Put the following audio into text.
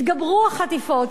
יתגברו החטיפות,